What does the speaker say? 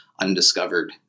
undiscovered